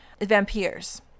vampires